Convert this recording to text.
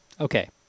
Okay